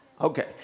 Okay